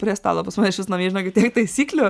prie stalo pas mane išvis namie žinokit tiek taisyklių